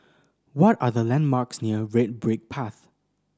what are the landmarks near Red Brick Path